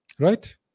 Right